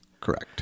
Correct